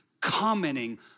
commenting